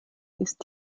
ist